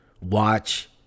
Watch